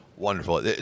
Wonderful